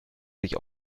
sich